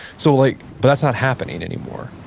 so like but, that's not happening anymore.